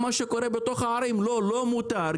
מה שקורה בתוך הערים לא מותר,